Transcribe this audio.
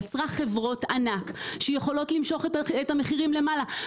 יצרה חברות ענק שיכולות למשוך את המחירים למעלה.